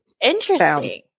Interesting